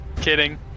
Kidding